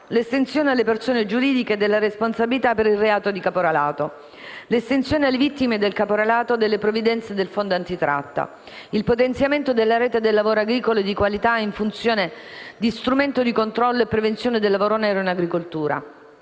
l'estensione alle persone giuridiche della responsabilità per il reato di caporalato; l'estensione alle vittime del caporalato delle provvidenze del fondo antitratta; il potenziamento della rete del lavoro agricolo di qualità, in funzione di strumento di controllo e prevenzione del lavoro nero in agricoltura;